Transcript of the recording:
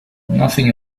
nothing